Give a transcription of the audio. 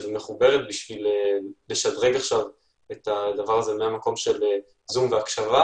ומחוברת כדי לשדרג את הדבר הזה מהמקום של זום והקשבה,